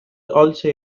also